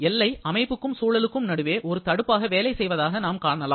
எல்லை அமைப்புக்கும் சூழலுக்கும் நடுவே ஒரு தடுப்பாக வேலை செய்வதாக நாம் காணலாம்